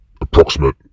approximate